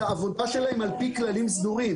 את העבודה שלהם על פי כללים סדורים.